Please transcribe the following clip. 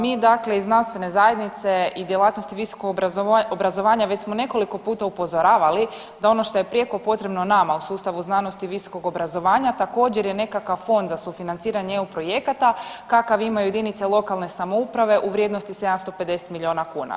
Mi dakle iz znanstvene zajednice i djelatnosti visokog obrazovanja već smo nekoliko puta upozoravali da ono što je prijeko potrebno nama u sustavu znanosti i visokog obrazovanja također je nekakav fond za sufinanciranje EU projekata kakav imaju jedinice lokalne samouprave u vrijednosti 750 milijuna kuna.